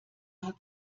hat